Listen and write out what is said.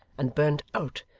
and burnt out,